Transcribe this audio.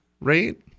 rate